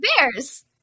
bears